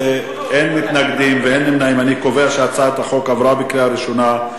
16) (גמול והחזר לחברי המועצה וועדותיה),